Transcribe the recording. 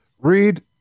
Read